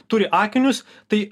turi akinius tai